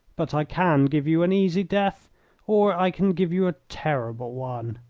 but i can give you an easy death or i can give you a terrible one.